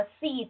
seed